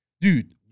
Dude